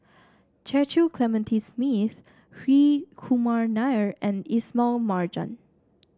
Cecil Clementi Smith Hri Kumar Nair and Ismail Marjan